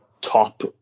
top